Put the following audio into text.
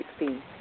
2016